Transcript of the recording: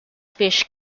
fish